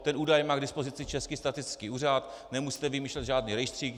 Tento údaj má k dispozici Český statistický úřad a nemusíte vymýšlet žádný rejstřík.